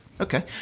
Okay